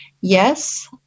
yes